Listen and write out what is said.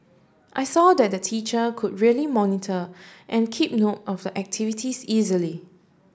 I saw that the teacher could really monitor and keep note of the activities easily